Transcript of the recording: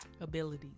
abilities